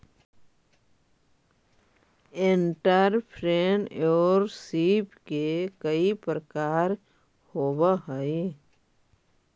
entrepreneurship के कई प्रकार होवऽ हई